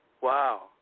Wow